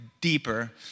deeper